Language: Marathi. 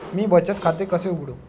मी बचत खाते कसे उघडू?